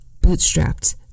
bootstrapped